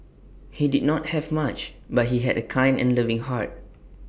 he did not have much but he had A kind and loving heart